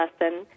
lesson